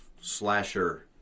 Slasher